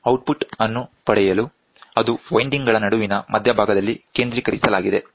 output ಅನ್ನು ಪಡೆಯಲು ಅದು ವೈಂಡಿಂಗ್ ಗಳ ನಡುವಿನ ಮಧ್ಯಭಾಗದಲ್ಲಿ ಕೇಂದ್ರೀಕರಿಸಲಾಗಿದೆ